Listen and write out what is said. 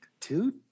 Dude